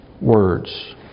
words